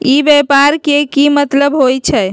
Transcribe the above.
ई व्यापार के की मतलब होई छई?